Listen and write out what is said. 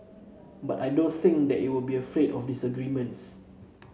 but I don't think that it will be afraid of disagreements